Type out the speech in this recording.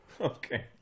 Okay